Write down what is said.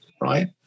right